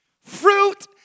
Fruit